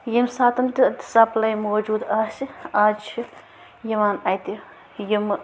ییٚمہِ ساتَن تہٕ اَتہِ سَپلَے موجوٗد آسہِ آز چھِ یِوان اَتہِ یِمہٕ